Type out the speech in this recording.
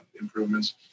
improvements